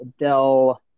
Adele